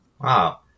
Wow